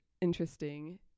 interesting